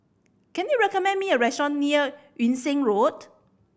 can you recommend me a restaurant near Yung Sheng Road